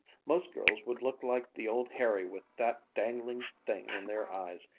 most girls would look like the old harry with that dangling thing in their eyes,